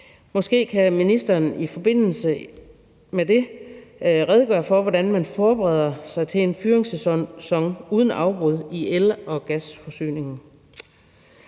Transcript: Måske kan ministeren i forbindelse med det redegøre for, hvordan man forbereder sig til en fyringssæson uden afbrud i el- og gasforsyningen.